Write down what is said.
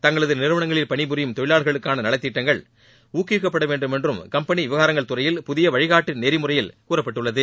தங்களது நிறுவனங்களில் பணிபுரியும் தொழிவாளா்களுக்கான நலத்திட்டங்கள் ஊக்குவிக்கப்பட வேண்டும் என்றும் கம்பெனி விவகாரங்கள் துறையில் புதிய வழிகாட்டு நெறிமுறையில் கூறப்பட்டுள்ளது